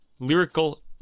lyrical